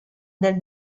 del